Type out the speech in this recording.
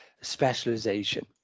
specialization